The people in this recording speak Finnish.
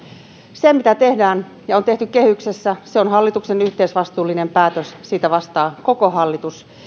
se mitä tehdään ja on tehty kehyksessä on hallituksen yhteisvastuullinen päätös ja siitä vastaa koko hallitus